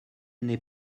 n’est